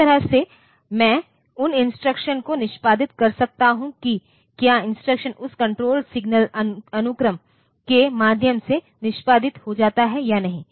तो इस तरह से मैं उन इंस्ट्रक्शंस को निष्पादित कर सकता हूं कि क्या इंस्ट्रक्शन उस कण्ट्रोल सिग्नल्स अनुक्रम के माध्यम से निष्पादित हो जाता है या नहीं